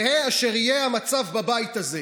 יהא אשר יהא המצב בבית הזה.